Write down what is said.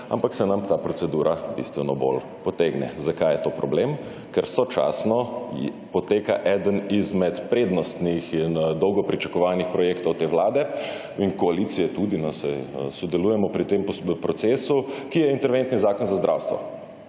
ampak se nam ta procedura bistveno bolj potegne. Zakaj je to problem? Ker sočasno poteka eden izmed prednostnih in dolgo pričakovanih projektov te vlade in koalicije tudi, no, saj sodelujemo pri tem procesu, ki je interventni zakon za zdravstvo.